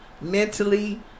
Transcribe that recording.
mentally